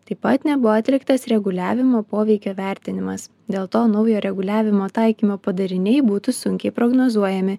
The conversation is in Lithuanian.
taip pat nebuvo atliktas reguliavimo poveikio vertinimas dėl to naujo reguliavimo taikymo padariniai būtų sunkiai prognozuojami